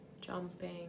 jumping